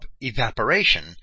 evaporation